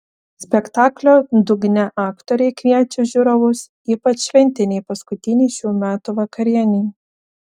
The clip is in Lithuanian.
spektaklio dugne aktoriai kviečia žiūrovus ypač šventinei paskutinei šių metų vakarienei